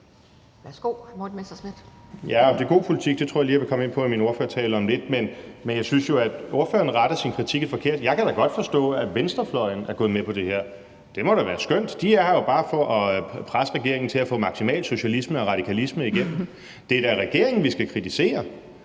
12:19 Morten Messerschmidt (DF): Om det er god politik, tror jeg lige at jeg vil komme ind på i min ordførertale om lidt. Men jeg synes jo, ordføreren retter sin kritik et forkert sted hen. Jeg kan da godt forstå, at venstrefløjen er gået med på det her – det må da være skønt. De er her jo bare for at presse regeringen til at få maksimal socialisme og radikalisme igennem. Det er da regeringen, vi skal kritisere